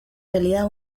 realidad